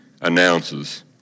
announces